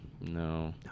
No